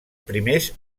primers